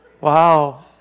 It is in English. Wow